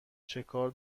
چکار